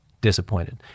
disappointed